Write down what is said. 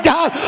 God